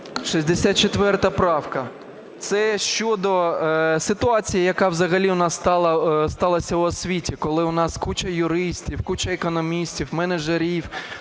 64 правка. Це щодо ситуації, яка взагалі у нас сталася в освіті, коли у нас куча юристів, куча економістів, менеджерів,